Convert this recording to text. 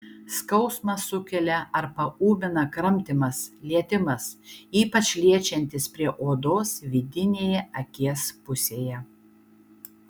skausmą sukelia ar paūmina kramtymas lietimas ypač liečiantis prie odos vidinėje akies pusėje